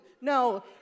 No